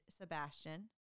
Sebastian